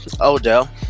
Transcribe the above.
Odell